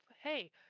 Hey